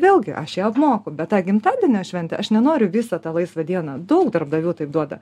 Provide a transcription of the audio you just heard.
vėlgi aš ją apmoku bet tą gimtadienio šventę aš nenoriu visą tą laisvą dieną daug darbdavių taip duoda